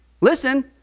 Listen